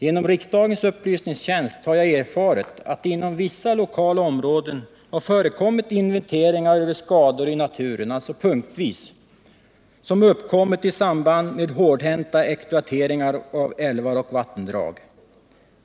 Genom riksdagens upplysningstjänst har jag erfarit att det inom vissa lokala områden förekommit inventeringar punktvis över skador i naturen som uppkommit i samband med hårdhänta exploateringar av älvar och vattendrag.